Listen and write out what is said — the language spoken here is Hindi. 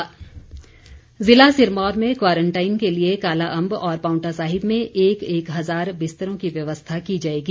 सिरमौर व्यवस्था ज़िला सिरमौर में क्वरंटाइन के लिए कालाअंब और पांवटा साहिब में एक एक हज़ार बिस्तरों की व्यवस्था की जाएगी